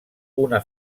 una